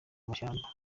amashyamba